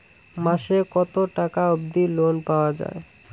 মাসে কত টাকা অবধি লোন পাওয়া য়ায়?